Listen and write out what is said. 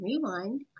Rewind